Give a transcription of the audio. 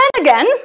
again